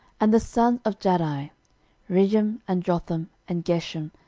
and the sons of jahdai regem, and jotham, and gesham,